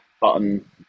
Button